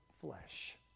flesh